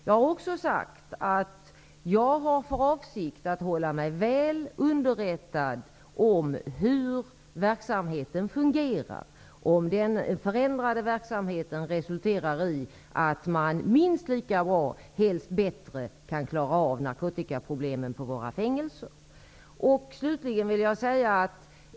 Jag har också sagt att jag har för avsikt att hålla mig väl underrättad om hur verksamheten fungerar och om den förändrade verksamheten resulterar i att man minst lika bra, men helst bättre, kan klara av narkotikaproblemen på våra fängelser.